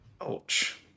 Ouch